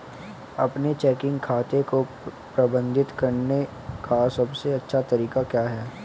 अपने चेकिंग खाते को प्रबंधित करने का सबसे अच्छा तरीका क्या है?